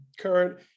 current